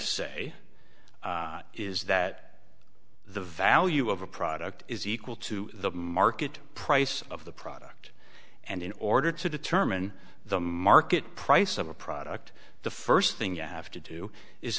say is that the value of a product is equal to the market price of the product and in order to determine the market price of a product the first thing you have to do is